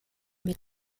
mit